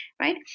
right